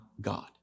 God